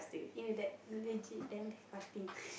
eh that legit damn disgusting